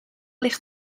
ligt